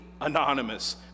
anonymous